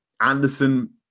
Anderson